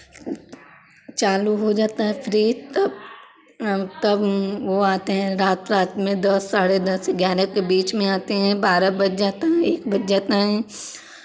चालू हो जाता है फ्रीज तब तब वो आते हैं रात रात में दस साढ़े दस ग्यारह के बीच में आते हैं बारह बज जाता है एक बज जाता हैं